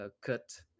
cut